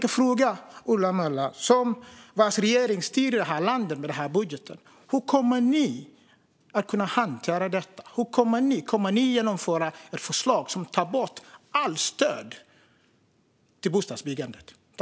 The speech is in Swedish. Det är Ola Möllers parti som sitter i den regering som styr landet med denna budget. Hur kommer ni att kunna hantera detta? Kommer ni att genomföra ett förslag som tar bort allt stöd till bostadsbyggandet?